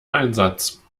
einsatz